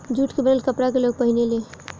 jute के बनल कपड़ा के लोग पहिने ले